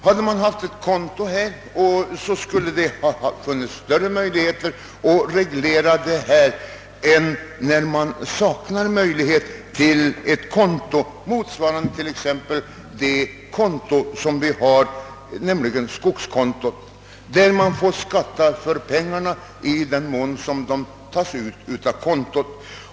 Läget hade varit ett helt annat om det funnits möjlighet att göra avsättning till särskilt konto, motsvarande exempelvis skogskontot, där man får skatta för pengarna i den mån de tas ut från kontot.